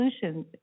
solutions